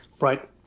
Right